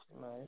Nice